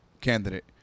candidate